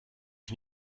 ich